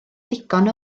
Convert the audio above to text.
ddigon